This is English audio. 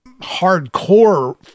hardcore